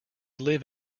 live